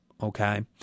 Okay